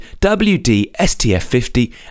WDSTF50